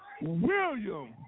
William